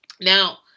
Now